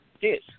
Yes